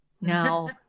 now